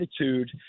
attitude